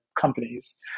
companies